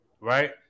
right